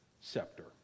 scepter